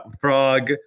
Frog